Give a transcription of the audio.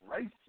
racist